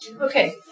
Okay